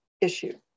issue